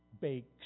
bakes